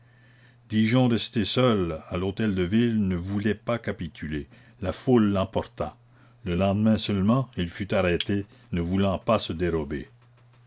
digeon resté seul à l'hôtel-de-ville ne voulait pas capituler la foule l'emporta le lendemain seulement il fut arrêté ne voulant pas se dérober